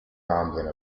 rambling